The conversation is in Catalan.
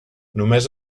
només